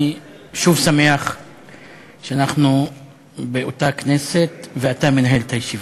אני שוב שמח שאנחנו באותה הכנסת ואתה מנהל את הישיבה.